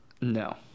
No